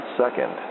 second